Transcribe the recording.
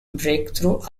breakthrough